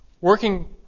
working